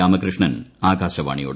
രാമകൃഷ്ണൻ ആകാശ വാണിയോട്